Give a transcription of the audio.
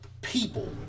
people